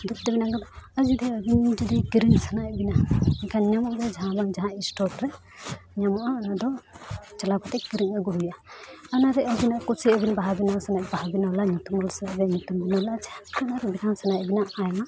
ᱫᱩᱫᱽᱛᱮ ᱵᱮᱱᱟᱣ ᱠᱟᱛᱮᱫ ᱟᱨ ᱡᱩᱫᱤ ᱟᱵᱤᱱ ᱡᱩᱫᱤ ᱠᱤᱨᱤᱧ ᱥᱟᱱᱟᱭᱮᱫ ᱵᱮᱱᱟ ᱮᱱᱠᱷᱟᱱ ᱧᱟᱢᱚᱜ ᱜᱮᱭᱟ ᱡᱟᱦᱟᱸ ᱵᱟᱝ ᱡᱟᱦᱟᱸ ᱨᱮ ᱧᱟᱢᱚᱜᱼᱟ ᱚᱱᱟ ᱫᱚ ᱪᱟᱞᱟᱣ ᱠᱟᱛᱮᱫ ᱠᱤᱨᱤᱧ ᱟᱹᱜᱩ ᱦᱩᱭᱩᱜᱼᱟ ᱚᱱᱟᱨᱮ ᱟᱹᱵᱤᱱᱟᱜ ᱠᱩᱥᱤ ᱟᱹᱵᱤᱱ ᱵᱟᱦᱟ ᱵᱮᱱᱟᱣ ᱥᱟᱱᱟᱭᱮᱫ ᱵᱮᱱ ᱠᱷᱟᱱ ᱵᱟᱦᱟ ᱵᱮᱱ ᱚᱞᱟ ᱧᱩᱛᱩᱢ ᱚᱞ ᱥᱟᱱᱟᱭᱮᱫ ᱵᱮᱱᱠᱷᱟᱱ ᱧᱩᱛᱩᱢ ᱵᱮᱱ ᱚᱞᱟᱜᱼᱟ ᱟᱨ ᱵᱮᱱᱟᱣ ᱥᱟᱱᱟᱭᱮᱫ ᱵᱮᱱᱟ ᱟᱭᱢᱟ